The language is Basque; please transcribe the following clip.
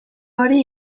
hori